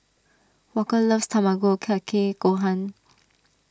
Walker loves Tamago Kake Gohan